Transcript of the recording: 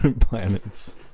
planets